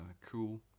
cool